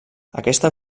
aquesta